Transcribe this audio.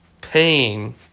pain